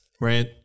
right